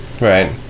right